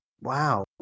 Wow